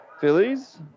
Phillies